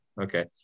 Okay